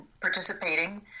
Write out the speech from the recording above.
participating